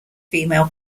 female